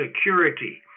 Security